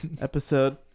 episode